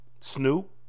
Snoop